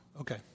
Okay